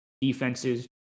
defenses